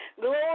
Glory